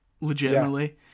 Legitimately